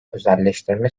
özelleştirme